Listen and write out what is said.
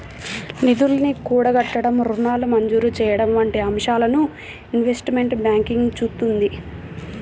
నిధుల్ని కూడగట్టడం, రుణాల మంజూరు చెయ్యడం వంటి అంశాలను ఇన్వెస్ట్మెంట్ బ్యాంకింగ్ చూత్తుంది